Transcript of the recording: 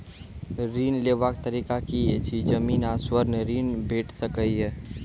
ऋण लेवाक तरीका की ऐछि? जमीन आ स्वर्ण ऋण भेट सकै ये?